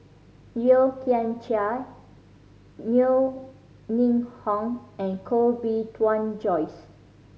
Yeo Kian Chai Yeo Ning Hong and Koh Bee Tuan Joyce